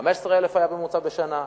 15,000 היה הממוצע בשנה,